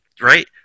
right